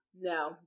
no